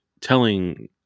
telling